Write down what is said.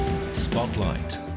spotlight